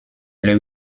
les